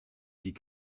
die